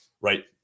Right